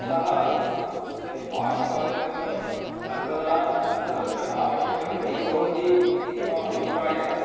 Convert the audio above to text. अतः यत् वाक् स्वातन्त्र्यं सर्वदा सर्वत्र आवश्यकः नैव भवति इति मम अभिप्रायः